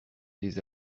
tes